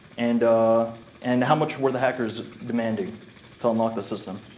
and and how much were the hackers demanding to unlock the system?